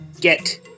get